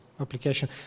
Application